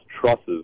trusses